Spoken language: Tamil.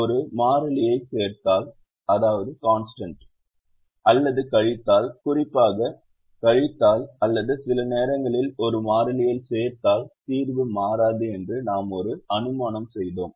ஒரு மாறிலியைச் சேர்த்தால் அல்லது கழித்தால் குறிப்பாக கழித்தால் அல்லது சில நேரங்களில் ஒரு மாறிலியைச் சேர்த்தால் தீர்வு மாறாது என்று நாம் ஒரு அனுமானம் செய்தோம்